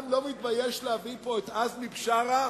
אתה לא מתבייש להביא פה את עזמי בשארה